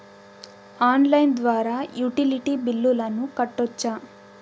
Online ద్వారా utility బిల్లులను కట్టొచ్చా?